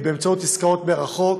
עסקאות מרחוק,